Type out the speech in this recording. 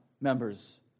members